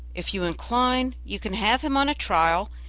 if you incline you can have him on trial,